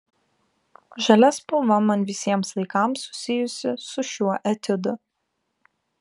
žalia spalva man visiems laikams susijusi su šiuo etiudu